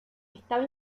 estaba